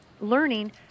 learning